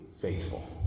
faithful